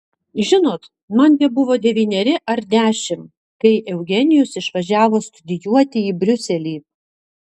žinot man tebuvo devyneri ar dešimt kai eugenijus išvažiavo studijuoti į briuselį